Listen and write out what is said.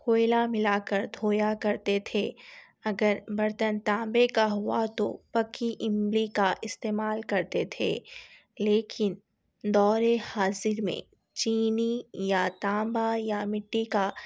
کوئلہ ملا کر دھویا کرتے تھے اگر برتن تانبے کا ہوا تو پکی املی کا استعمال کرتے تھے لیکن دور حاضر میں چینی یا تانبا یا مٹی کا